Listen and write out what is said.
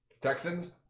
Texans